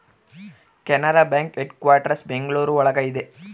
Canara bank headquarters Bengaluru ಒಳಗ ಇದೆ